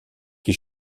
qui